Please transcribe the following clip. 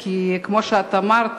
כי כמו שאת אמרת